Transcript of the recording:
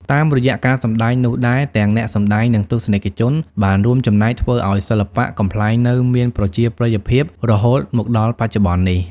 តាមរយៈការសម្ដែងនោះដែរ ទាំងអ្នកសម្ដែង និងទស្សនិកជនបានរួមចំណែកធ្វើឲ្យសិល្បៈកំប្លែងនៅមាន ប្រជាប្រិយភាពរហូតមកដល់បច្ចុប្បន្ននេះ។